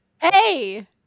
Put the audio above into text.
Hey